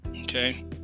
okay